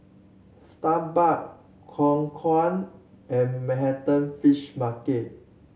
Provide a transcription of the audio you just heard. Starbucks Khong Guan and Manhattan Fish Market